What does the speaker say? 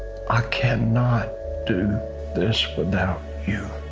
i cannot do this without you.